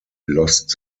lost